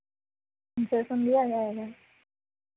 concession दिया जाएगा